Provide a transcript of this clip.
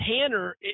Tanner